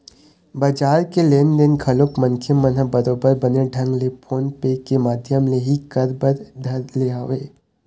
बजार के लेन देन घलोक मनखे मन ह बरोबर बने ढंग ले फोन पे के माधियम ले ही कर बर धर ले हवय